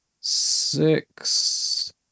six